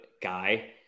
guy